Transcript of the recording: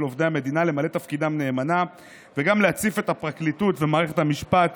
עובדי המדינה למלא את תפקידם נאמנה וגם להציף את הפרקליטות ומערכת המשפט